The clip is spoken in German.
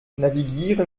navigiere